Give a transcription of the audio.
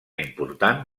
important